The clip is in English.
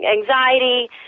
anxiety